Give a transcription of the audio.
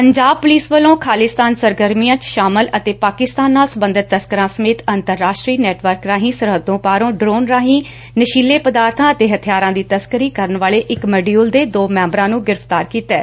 Punjab police ਵਲੋ ਖਾਲਿਸਤਾਨੀ ਸਰਗਰਮੀਆਂ ਚ ਸ਼ਾਮਲ ਪਾਕਿਸਤਾਨ ਨਾਲ ਸਬੰਧਤ ਤਸਕਰਾਂ ਸਮੇਤ ਅੰਤਰਰਾਸ਼ਟਰੀ ਨੈਟਵਰਕ ਰਾਹੀ ਸਰਹੱਦੋ ਪਾਰੋ ਡਰੋਨ ਰਾਹੀ ਨਸ਼ੀਲੇ ਪਦਾਰਥਾਂ ਅਤੇ ਹਥਿਆਰਾਂ ਦੀ ਤਸਕਰੀ ਕਰਨ ਵਾਲੇ ਇੱਕ ਮਡਿਊਲ ਦੇ ਦੋ ਮੈਂਬਰਾਂ ਨੂੰ ਗ੍ਰਿਫਤਾਰ ਕੀਤੈ